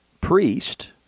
priest